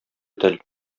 тел